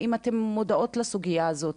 האם אתן מודעות לסוגיה הזאת?